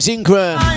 Ingram